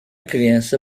criança